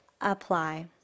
apply